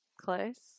Close